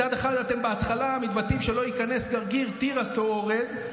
מצד אחד בהתחלה אתם מתבטאים שלא ייכנס גרגיר תירס או אורז,